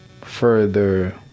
further